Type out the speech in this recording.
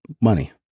money